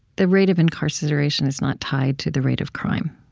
the rate of incarceration is not tied to the rate of crime.